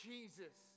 Jesus